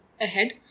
ahead